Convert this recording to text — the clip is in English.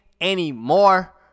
Anymore